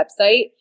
website